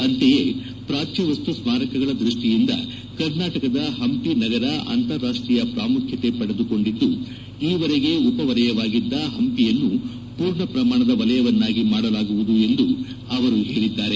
ಅಂತೆಯೇ ಪ್ರಾಚ್ಯ ವಸ್ತು ಸ್ಪಾರಕಗಳ ದ್ಯಷ್ಟಿಯಿಂದ ಕರ್ನಾಟಕದ ಹಂಪಿ ನಗರ ಅಂತಾರಾಷ್ಷೀಯ ಪ್ರಾಮುಖ್ಯತೆ ಪಡೆದುಕೊಂಡಿದ್ದು ಈವರೆಗೆ ಉಪವಲಯವಾಗಿದ್ದ ಹಂಪಿಯನ್ನು ಪೂರ್ಣಪ್ರಮಾಣದ ವಲಯವನ್ನಾಗಿ ಮಾಡಲಾಗುವುದು ಎಂದು ಅವರು ಹೇಳಿದ್ದಾರೆ